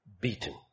beaten